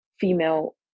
female